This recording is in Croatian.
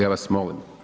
Ja vas molim.